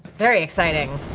very exciting.